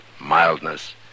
mildness